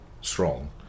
strong